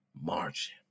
margin